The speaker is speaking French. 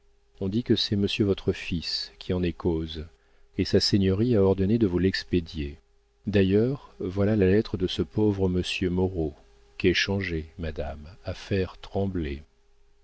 on dit que c'est monsieur votre fils qui en est cause et sa seigneurie a ordonné de vous l'expédier d'ailleurs voilà la lettre de ce pauvre monsieur moreau qu'est changé madame à faire trembler